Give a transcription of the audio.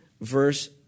verse